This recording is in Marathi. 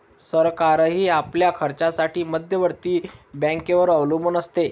सरकारही आपल्या खर्चासाठी मध्यवर्ती बँकेवर अवलंबून असते